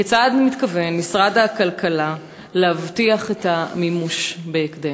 כיצד מתכוון משרד הכלכלה להבטיח את המימוש בהקדם?